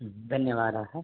धन्यवादाः